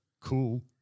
cool